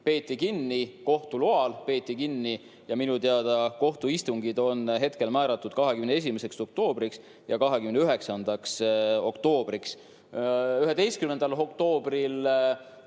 peeti kinni, kohtu loal peeti kinni, ja minu teada kohtuistungid on hetkel määratud 21. oktoobriks ja 29. oktoobriks. Kinnistu